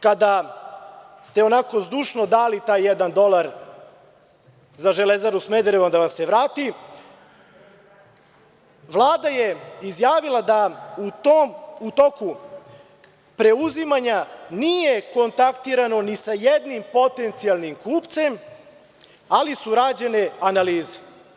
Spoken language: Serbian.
Kada ste onako zdušno dali taj jedan dolar 31. januara 2012. godine, za „Železaru Smederevo“ da vam se vrati, Vlada je izjavila da u toku preuzimanja nije kontaktirano ni sa jednim potencijalnim kupcem, ali su rađene analize.